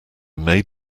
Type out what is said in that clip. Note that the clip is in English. make